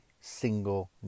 single